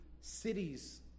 cities